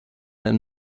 and